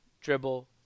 dribble